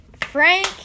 Frank